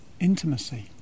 intimacy